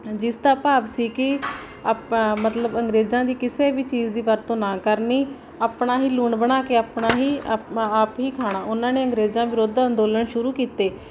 ਜਿਸਦਾ ਭਾਵ ਸੀ ਕਿ ਆਪਾਂ ਮਤਲਬ ਅੰਗਰੇਜ਼ਾਂ ਦੀ ਕਿਸੇ ਵੀ ਚੀਜ਼ ਦੀ ਵਰਤੋਂ ਨਾ ਕਰਨੀ ਆਪਣਾ ਹੀ ਲੂਣ ਬਣਾ ਕੇ ਆਪਣਾ ਹੀ ਅਪ ਆਪ ਹੀ ਖਾਣਾ ਉਹਨਾਂ ਨੇ ਅੰਗਰੇਜ਼ਾਂ ਵਿਰੁੱਧ ਅੰਦੋਲਨ ਸ਼ੁਰੂ ਕੀਤੇ